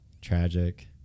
tragic